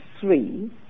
three